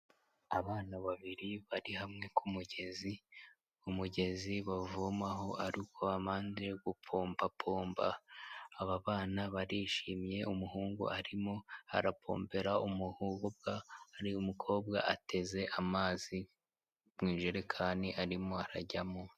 Abana babiri bari hamwe ku mugezi, ku kumugezi bavomaho ari uko babanje gupompapompa, aba bana barishimye umuhungu arimo arapombera umuhobwa, hari umukobwa ateze amazi mu ijerekani arimo arajyamo.